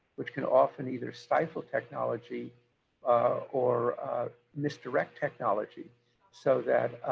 which can often either stifle technology or misdirect technology so that